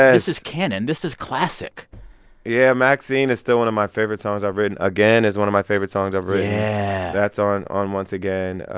this is canon. this is classic yeah. maxine is still one of my favorite songs i've written. again is one of my favorite songs i've written yeah that's on on once again.